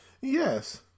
Yes